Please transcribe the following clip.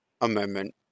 amendment